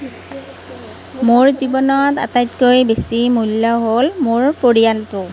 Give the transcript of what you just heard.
মোৰ জীৱনত আটাইতকৈ বেছি মূল্য় হ'ল মোৰ পৰিয়ালটো